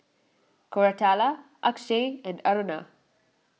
Koratala Akshay and Aruna